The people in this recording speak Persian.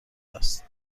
است